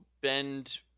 bend